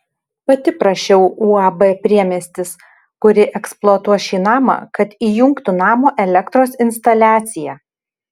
pati prašiau uab priemiestis kuri eksploatuos šį namą kad įjungtų namo elektros instaliaciją